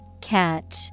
Catch